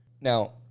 Now